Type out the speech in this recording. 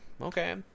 okay